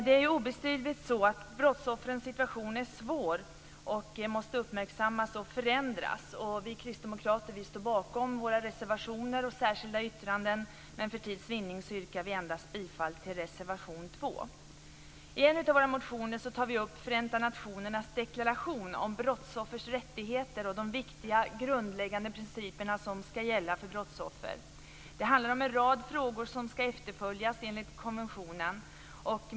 Det är obestridligt så att brottsoffrens situation är svår och måste uppmärksammas och förändras. Vi kristdemokrater står bakom våra reservationer och särskilda yttranden, men för tids vinning yrkar vi bifall endast till reservation 2. I en av våra motioner tar vi upp Förenta nationernas deklaration om brottsoffers rättigheter och de viktiga grundläggande principer som ska gälla för brottsoffer. Det handlar om regler i en rad frågor som ska efterföljas enligt konventionen.